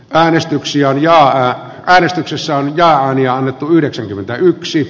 vahvistuksia ja äänestyksissä ja anja yhdeksänkymmentäyksi